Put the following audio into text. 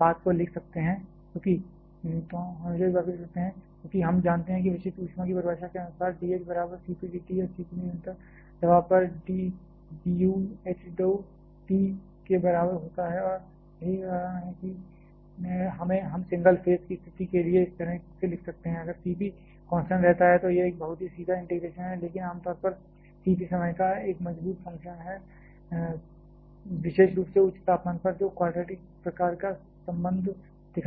बात को लिख सकते हैं क्योंकि हम जानते हैं कि विशिष्ट ऊष्मा की परिभाषा के अनुसार dh बराबर Cp d T या Cp निरंतर दबाव पर du h dou t के बराबर होता है और वह यही कारण है कि हम सिंगल फेस की स्थिति के लिए इस तरह से लिख सकते हैं अगर Cp कांस्टेंट रहता है तो यह एक बहुत ही सीधा इंटीग्रेशन है लेकिन आम तौर पर Cp समय का एक मजबूत फंक्शन है विशेष रूप से उच्च तापमान पर जो क्वाड्रेटिक प्रकार का संबंध दिखा सकता है